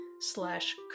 slash